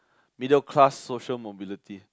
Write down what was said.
middle class social mobility